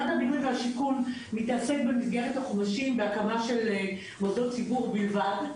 משרד הבינוי והשיכון מתעסק במסגרת החומשים בהקמה של מוסדות ציבור בלבד,